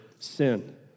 sin